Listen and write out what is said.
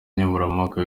nkemurampaka